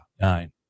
nine